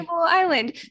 Island